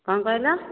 କ'ଣ କହିଲ